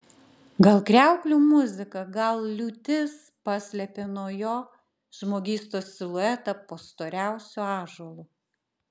gal kriauklių muzika gal liūtis paslėpė nuo jo žmogystos siluetą po storiausiu ąžuolu